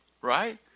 right